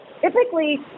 typically